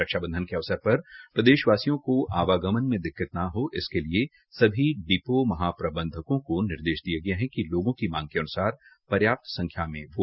रक्षाबंधन के अवसर पर प्रदेशवासियों को आवागमन में दिक्कत न हो इसके लिए सभी डिपो महाप्रबंधकों को निर्देश दिये गये है कि लोगों की मांग के अनुसार पर्याप्त संख्या में बसे चलायी जायें